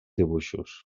dibuixos